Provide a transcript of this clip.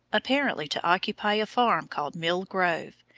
apparently to occupy a farm called mill grove,